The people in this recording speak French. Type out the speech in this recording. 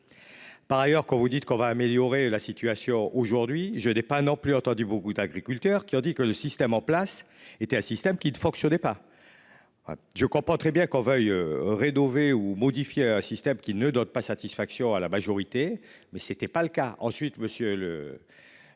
Par ailleurs, quand vous dites qu'on va améliorer la situation. Aujourd'hui je n'ai pas non plus entendu beaucoup d'agriculteurs qui ont dit que le système en place était un système qui ne fonctionnait pas. Je comprends très bien qu'on veuille rénover ou modifier un système qui ne donne pas satisfaction à la majorité mais c'était pas le cas. Ensuite monsieur le.